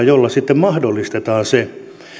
jolla sitten mahdollistetaan se